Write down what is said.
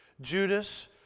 Judas